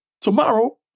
tomorrow